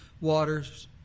waters